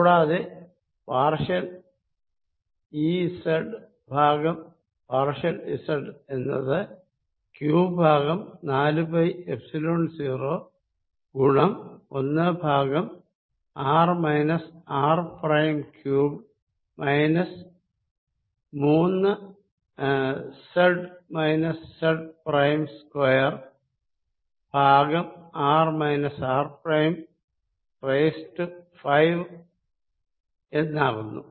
കൂടാതെ പാർഷ്യൽ ഈ സെഡ് ഭാഗം പാർഷ്യൽ സെഡ് എന്നത് ക്യൂ ഭാഗം നാലു പൈ എപ്സിലോൺ 0 ഗുണം ഒന്ന് ഭാഗം R minus R prime cube minus മൂന്ന് Z minus Z prime square ഭാഗം R minus R prime raised അഞ്ച് എന്നാകുന്നു